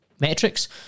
metrics